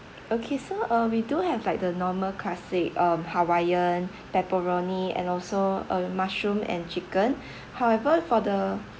okay so uh we do have like the normal classic um hawaiian pepperoni and also uh mushroom and chicken however for the